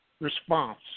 response